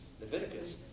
Leviticus